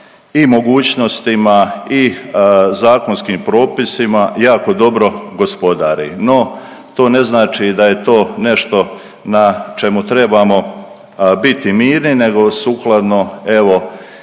i mogućnostima i zakonskim propisima jako dobro gospodari. No, to ne znači da je to nešto na čemu trebamo biti mirni nego sukladno evo